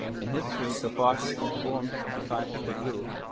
in history so far as it conforms to scientific rule,